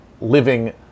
living